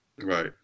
Right